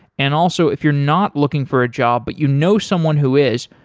and also, if you're not looking for a job but you know someone who is,